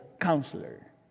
Counselor